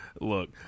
look